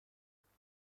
منظره